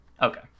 Okay